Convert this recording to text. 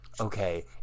okay